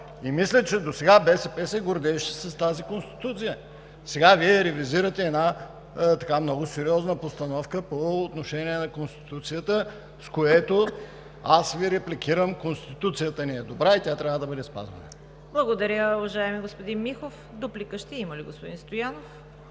и мисля, че досега БСП се гордееше с тази Конституция. Сега Вие ревизирате една много сериозна постановка по отношение на Конституцията, с което аз Ви репликирам: Конституцията ни е добра и тя трябва да бъде спазена! ПРЕДСЕДАТЕЛ ЦВЕТА КАРАЯНЧЕВА: Благодаря, уважаеми господин Михов. Дуплика ще има ли, господин Стоянов?